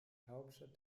hauptstadt